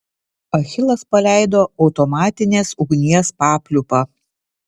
achilas paleido automatinės ugnies papliūpą